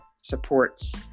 supports